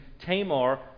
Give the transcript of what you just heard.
Tamar